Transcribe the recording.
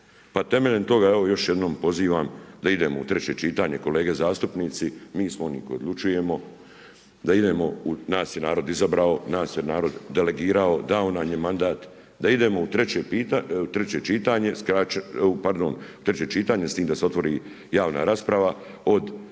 Pa temeljem toga, evo još jednom pozivam da idemo u treće čitanje kolege zastupnici, mi smo oni koji odlučujemo, da idemo, nas je narod izabrao, nas je narod delegirao, dao nam je mandat da idemo u treće čitanje, s time da se otvori javna rasprava od nekakvih